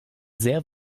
sehr